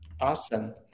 Awesome